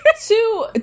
two